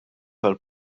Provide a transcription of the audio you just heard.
tal